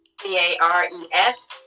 C-A-R-E-S